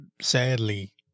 sadly